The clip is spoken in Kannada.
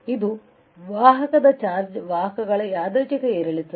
ಇದು ವಾಹಕದ ಚಾರ್ಜ್ ವಾಹಕಗಳ ಯಾದೃಚ್ಛಿಕ ಏರಿಳಿತ